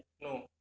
No